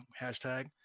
hashtag